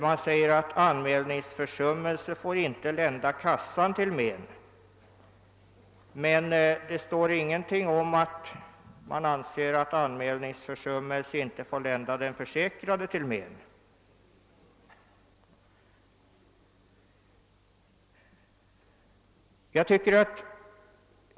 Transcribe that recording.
Det sägs vidare att anmälningsförsummelse inte får lända kassan till men. Det står emellertid ingenting om att anmälningsförsummelse inte får lända den försäkrade till men.